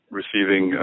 receiving